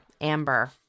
Amber